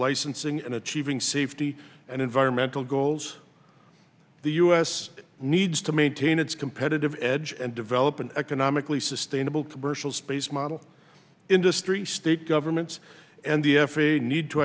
licensing and achieving safety and environmental goals the u s needs to maintain its competitive edge and develop an economically sustainable commercial space model industry state governments and the f a a need to